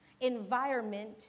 environment